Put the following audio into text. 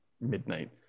midnight